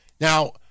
Now